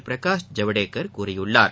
பிரனஷ் ஜவ்டேகர் கூறியுள்ளார்